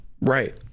Right